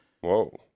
Whoa